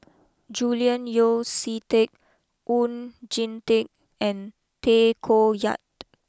Julian Yeo see Teck Oon Jin Teik and Tay Koh Yat